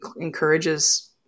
encourages